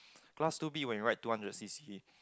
class two B when you ride two hundred C_C